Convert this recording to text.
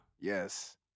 Yes